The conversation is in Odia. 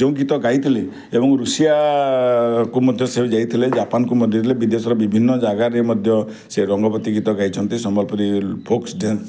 ଯେଉଁ ଗୀତ ଗାଇଥିଲେ ଏବଂ ରୁଷିଆକୁ ମଧ୍ୟ ସେ ଯାଇଥିଲେ ଜାପାନକୁ ମଧ୍ୟ ଯାଇଥିଲେ ବିଦେଶରେ ବିଭିନ୍ନ ଜାଗାରେ ମଧ୍ୟ ସେ ରଙ୍ଗବତୀ ଗୀତ ଗାଇଛନ୍ତି ସମ୍ବଲପୁରୀ ଫୋକ୍ ଡ୍ୟାନ୍ସ